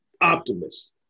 optimist